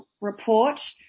report